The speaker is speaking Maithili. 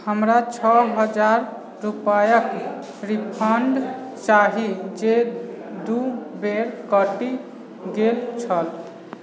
हमरा छओ हजार रूपैआक रिफन्ड चाही जे दू बेर कटि गेल छल